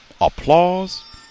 applause